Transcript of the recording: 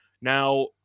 Now